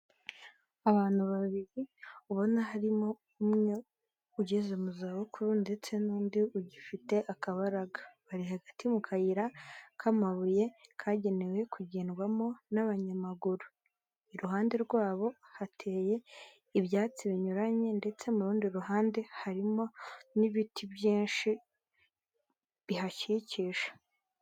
Abantu babiri ubona harimo umwe ugeze mu zabukuru ndetse n'undi ugifite akabaraga, bari hagati mu kayira k'amabuye kagenewe kugendwamo n'abanyamaguru, iruhande rwabo hateye ibyatsi binyuranye ndetse mu rundi ruhande harimo n'ibiti byinshi bihakikije.